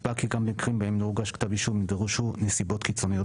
נקבע כי במקרים בהם לא הוגש כתב אישום יידרשו נסיבות קיצוניות